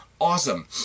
awesome